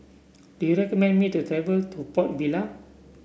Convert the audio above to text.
do you recommend me to travel to Port Vila